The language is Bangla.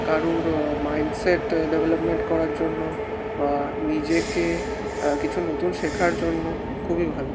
কারুর মাইন্ডসেট ডেভেলপমেন্ট করার জন্য বা নিজেকে কিছু নতুন শেখার জন্য খুবই ভালো